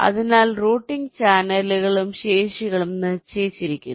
അതിനാൽ റൂട്ടിംഗ് ചാനലുകളും ശേഷികളും നിശ്ചയിച്ചിരിക്കുന്നു